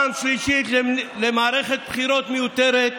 חבר הכנסת פורר,